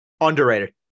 Underrated